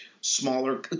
smaller